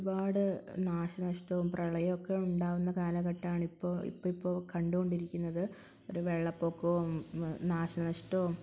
ഒരുപാട് നാശനഷ്ടവും പ്രളയവുമൊക്കെയുണ്ടാകുന്ന കാലഘട്ടമാണിപ്പോള് ഇപ്പോയിപ്പോള് കണ്ടുകൊണ്ടിരിക്കുന്നത് ഒരു വെള്ളപ്പൊക്കവും നാശനഷ്ടവും